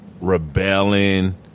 rebelling